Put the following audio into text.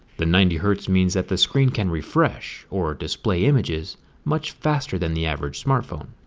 the ninety hertz means that the screen can refresh or display images much faster than the average smartphone.